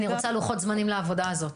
אני רוצה לוחות זמנים לעבודה הזאת.